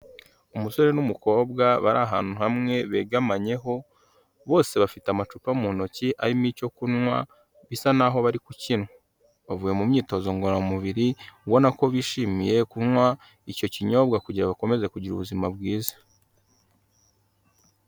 Umusore n'umukobwa bari ahantu hamwe begamanyeho bose bafite amacupa mu ntoki arimo icyo kunywa bisa naho bari kukinywa, bavuye mu myitozo ngororamubiri ubona ko bishimiye kunywa icyo kinyobwa kugira ngo bakomeze kugira ubuzima bwiza.